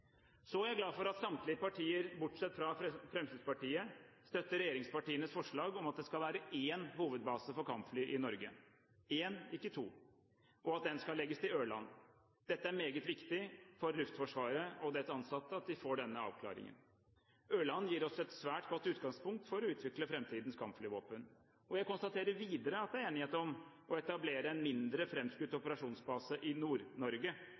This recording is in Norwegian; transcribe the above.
Så er jeg glad for at samtlige partier, bortsett fra Fremskrittspartiet, støtter regjeringspartienes forslag om at det skal være én hovedbase for kampfly i Norge – én, ikke to – og at den skal legges til Ørland. Det er meget viktig for Luftforsvaret og dets ansatte at de får denne avklaringen. Ørland gir oss et svært godt utgangspunkt for å utvikle framtidens kampflyvåpen. Jeg konstaterer videre at det er enighet om å etablere en mindre, framskutt operasjonsbase i